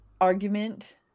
argument